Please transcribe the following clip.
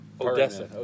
Odessa